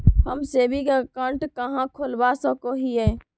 हम saving account कहाँ खोलवा सको हियै?